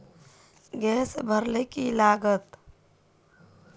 Gas भरले की लागत?